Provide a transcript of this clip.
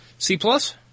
C-plus